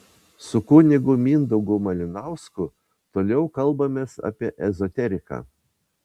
su kunigu mindaugu malinausku toliau kalbamės apie ezoteriką